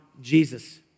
Jesus